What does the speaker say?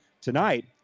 tonight